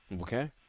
Okay